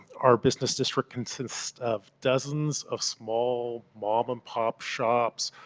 our business district consists of dozens of small mom and pop shops,